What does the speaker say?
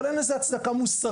אבל אין לזה הצדקה מוסרית.